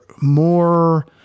more –